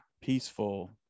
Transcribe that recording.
peaceful